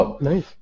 Nice